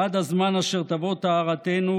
ועד הזמן אשר תבוא טהרתנו,